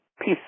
peace